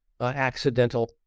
accidental